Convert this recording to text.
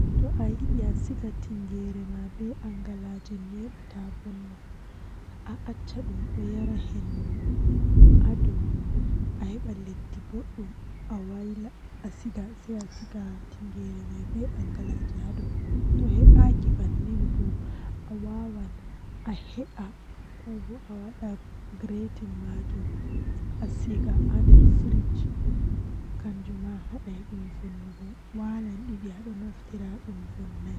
Ahawran kare ma fuu babal gotel anyobba malla atagga dum wurta dum wurta perpetel nden alowadi haa babal buri maunugo ahosa bo kare ma perpetel a loowa haa boorooji woni haa sera perpetel man adasa zip ma a mabba.